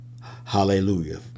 Hallelujah